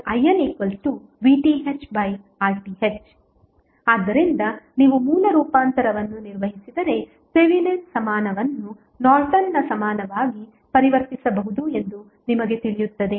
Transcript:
RThRN ಮತ್ತು INVThRTh ಆದ್ದರಿಂದ ನೀವು ಮೂಲ ರೂಪಾಂತರವನ್ನು ನಿರ್ವಹಿಸಿದರೆ ಥೆವೆನಿನ್ ಸಮಾನವನ್ನು ನಾರ್ಟನ್ನ ಸಮಾನವಾಗಿ ಪರಿವರ್ತಿಸಬಹುದು ಎಂದು ನಿಮಗೆ ತಿಳಿಯುತ್ತದೆ